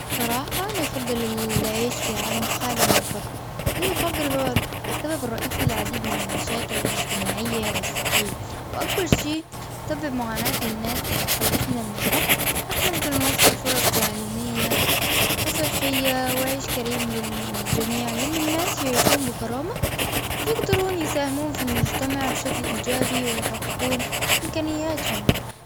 صراحة أنا أفضل العيش بعالم خالي من الفقر. الفقر هو السبب الرئيسي للعديد من المشاكل الأجتماعية والصحية. وأكبر شي يسبب معاناة الناس إذا تخلصنا من الفقر رح نقدر نوفر فرص تعليمية وصحية وعيش كريم للجميع. لما الناس يعيشون بكرامة يقدرون يساهمون في المجتمع بشكل إيجابي ويحققون إمكانياتهم.